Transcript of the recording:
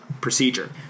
procedure